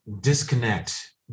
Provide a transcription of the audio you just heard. disconnect